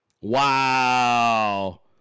Wow